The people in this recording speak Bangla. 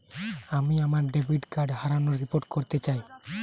আমি আমার ডেবিট কার্ড হারানোর রিপোর্ট করতে চাই